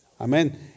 Amen